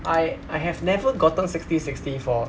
I I have never gotten sixty sixty for